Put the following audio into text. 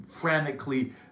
frantically